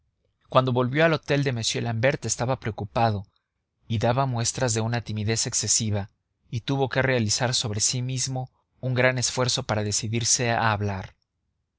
cuando volvió al hotel de m l'ambert estaba preocupado y daba muestras de una timidez excesiva y tuvo que realizar sobre sí mismo un gran esfuerzo para decidirse a hablar